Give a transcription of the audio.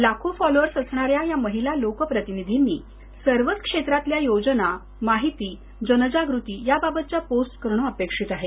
लाखो फॉलोअर्स असणाऱ्या या महिला लोकप्रतिनिधीनी सर्वच क्षेत्रांतल्या योजना जनजागृती याबाबतच्या पोस्ट्स करण अपेक्षित आहे